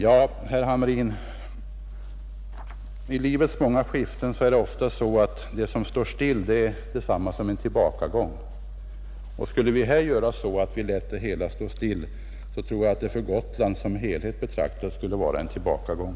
Ja, herr Hamrin, i livets många skiften är det ofta så att det som står still representerar en tillbakagång, och skulle vi låta det hela stå still i detta avseende tror jag att det för Gotland som helhet betraktat skulle vara en tillbakagång.